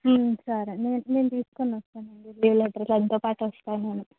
సరే నే నేను తీసుకుని వస్తాను అండి లీవ్ లెటర్ తనతో పాటు వస్తాను నేను